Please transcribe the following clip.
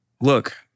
look